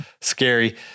scary